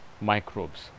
microbes